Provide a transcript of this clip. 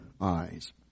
eyes